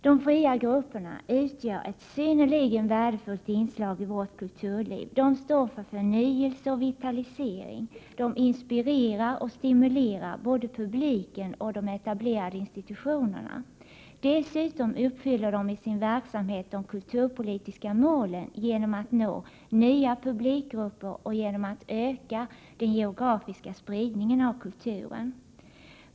De fria grupperna utgör ett synnerligen värdefullt inslag i vårt kulturliv. De står för förnyelse och vitalisering, de inspirerar och stimulerar både publiken och de etablerade institutionerna. Dessutom uppfyller de i sin verksamhet de kulturpolitiska målen genom att nå nya publikgrupper och genom att öka den geografiska spridningen av kulturen.